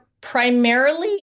primarily